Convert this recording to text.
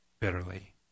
bitterly